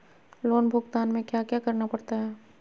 loan भुगतान में क्या क्या करना पड़ता है